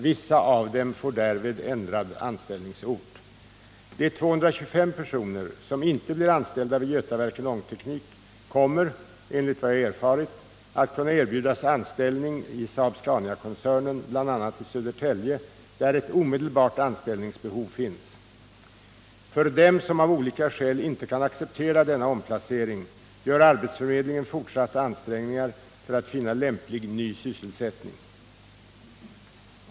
Vissa av dem får därvid ändrad anställningsort. De 225 personer som inte blir anställda vid Götaverken Ångteknik kommer enligt vad jag erfarit att kunna erbjudas anställning i Saab-Scaniakoncernen, bl.a. i Södertälje, där ett omedelbart anställningsbehov finns. För dem som av olika skäl inte kan acceptera denna omplacering gör arbetsförmedlingen fortsatta ansträngningar för att finna lämplig ny sysselsättning.